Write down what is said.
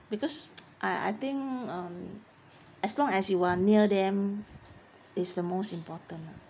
because I I think um as long as you are near them is the most important ah